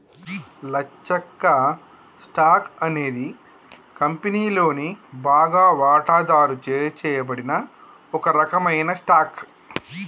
లచ్చక్క, stock అనేది కంపెనీలోని బాగా వాటాదారుచే చేయబడిన ఒక రకమైన స్టాక్